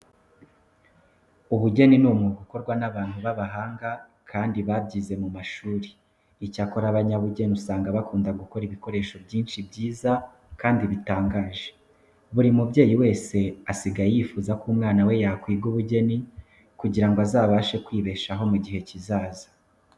Ubugeni ni umwuga ukorwa n'abantu b'abahanga kandi babyize mu mashuri. Icyakora abanyabugeni usanga bakunda gukora ibikoresho byinshi byiza kandi bitangaje. Buri mubyeyi wese asigaye yifuza ko umwana we yakwiga ubugeni kugira ngo azabashe kwibeshaho mu gihe kizaza.